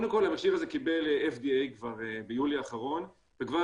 קודם כל המכשיר הזה קיבל FDA כבר ביולי האחרון וכבר